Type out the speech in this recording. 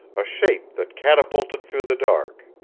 a shape that catapulted through the dark.